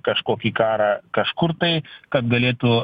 kažkokį karą kažkur tai kad galėtų